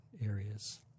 areas